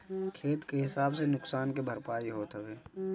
खेत के हिसाब से नुकसान के भरपाई होत हवे